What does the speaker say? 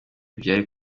byari